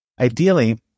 Ideally